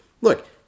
look